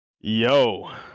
Yo